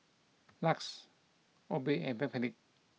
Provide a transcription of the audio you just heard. Lux Obey and Backpedic